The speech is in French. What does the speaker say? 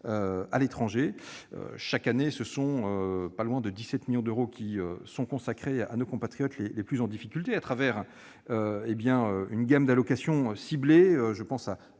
à l'étranger. Chaque année, près de 17 millions d'euros sont consacrés à nos compatriotes les plus en difficulté, à travers une gamme d'allocations ciblées. Je pense à